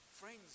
Friends